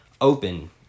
open